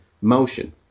motion